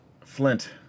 Flint